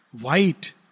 White